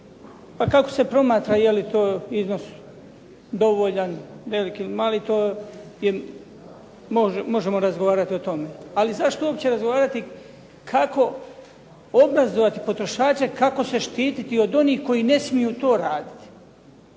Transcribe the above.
Pa kako se promatra je li to iznos dovoljan, velik ili mali to možemo razgovarati o tome. Ali zašto uopće razgovarati kako odmazdovati potrošače, kako se štititi od onih koji ne smiju to raditi.